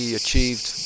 achieved